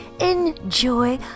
Enjoy